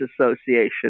association